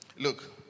Look